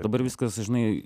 dabar viskas žinai